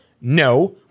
no